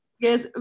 yes